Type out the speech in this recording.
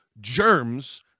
germs